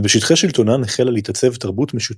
ובשטחי שלטונן החלה להתעצב תרבות משותפת,